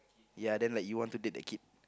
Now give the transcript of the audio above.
ya then like you want to date the kid